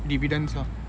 dividends ah